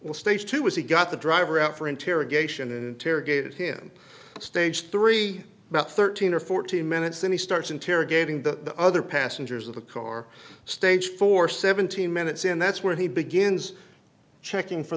was state's two was he got the driver out for interrogation and interrogated him stage three about thirteen or fourteen minutes then he starts interrogating the other passengers of the car stage for seventeen minutes and that's where he begins checking for